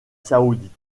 saoudite